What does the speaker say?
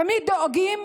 תמיד דואגים